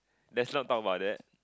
let's not talk about that